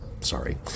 Sorry